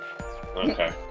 Okay